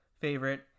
favorite